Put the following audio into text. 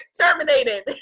terminated